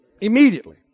Immediately